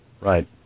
Right